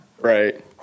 Right